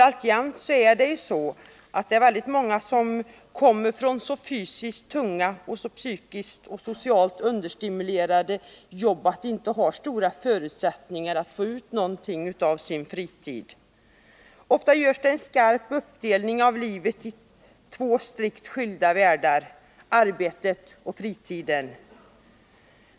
Alltjämt kommer många från så fysiskt tunga och så psykiskt och socialt understimulerande jobb att de inte har stora förutsättningar att få ut någonting av sin fritid. Ofta görs det en skarp uppdelning av livet i två strikt skilda världar: arbetet och fritiden.